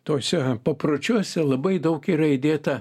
tuose papročiuose labai daug yra įdėta